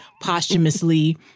posthumously